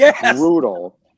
brutal